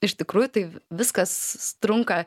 iš tikrųjų tai viskas trunka